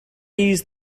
use